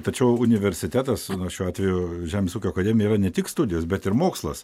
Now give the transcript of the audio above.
tačiau universitetas šiuo atveju žemės ūkio akademija yra ne tik studijos bet ir mokslas